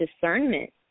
discernment